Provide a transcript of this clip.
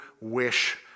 wish